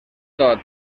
tot